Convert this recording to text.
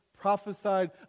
prophesied